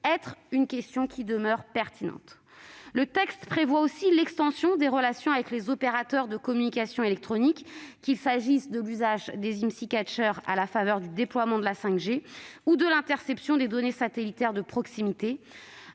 automatisé demeure donc pertinente. Le texte prévoit aussi l'extension des relations avec les opérateurs de communications électroniques, qu'il s'agisse de l'usage des à la faveur du déploiement de la 5G ou de l'interception des données satellitaires de proximité.